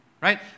right